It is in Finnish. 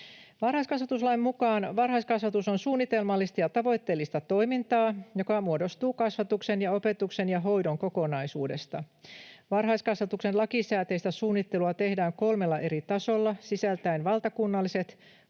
Varhaiskasvatuslain mukaan varhaiskasvatus on suunnitelmallista ja tavoitteellista toimintaa, joka muodostuu kasvatuksen ja opetuksen ja hoidon kokonaisuudesta. Varhaiskasvatuksen lakisääteistä suunnittelua tehdään kolmella eri tasolla sisältäen valtakunnalliset